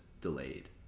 delayed